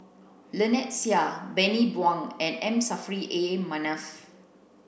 Lynnette Seah Bani Buang and M Saffri A Manaf